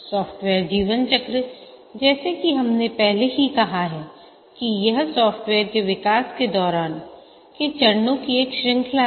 software जीवन चक्र जैसा कि हमने पहले ही कहा है कि यह सॉफ्टवेयर के विकास के दौरान के चरणों की एक श्रृंखला है